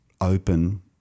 open